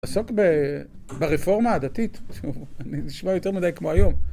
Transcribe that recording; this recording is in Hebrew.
עסוק ברפורמה הדתית, אני נשמע יותר מדי כמו היום.